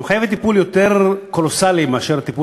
היא מחייבת טיפול קולוסלי ולא טיפול